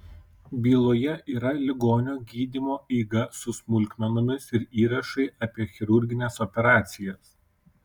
byloje yra ligonio gydymo eiga su smulkmenomis ir įrašai apie chirurgines operacijas